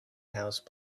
house